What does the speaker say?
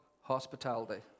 hospitality